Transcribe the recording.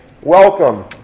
welcome